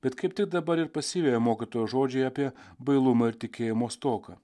bet kaip tik dabar ir pasiveja mokytojo žodžiai apie bailumą ir tikėjimo stoką